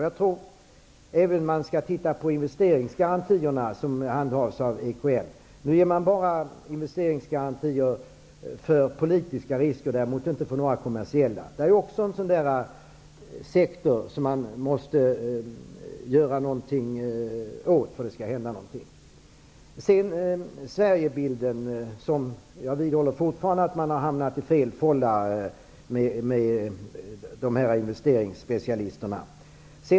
Jag tror att man även skall titta på investeringsgarantierna som handhas av EKN. Nu ger man bara investeringsgarantier för politiska risker men däremot inte för några kommersiella. Det är också en sektor som man måste göra någonting åt för att det skall hända någonting i ekonomin. Jag vidhåller fortfarande att man har hamnat i fel fålla med investeringsspecialisterna vid Sverigebilden.